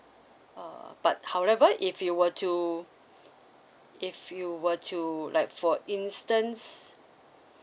uh but however if you were to if you were to like for instance